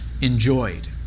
enjoyed